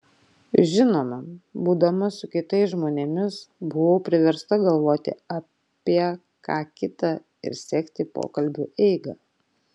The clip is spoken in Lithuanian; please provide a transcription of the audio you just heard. žinoma būdama su kitais žmonėmis buvau priversta galvoti apie ką kita ir sekti pokalbių eigą